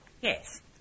Yes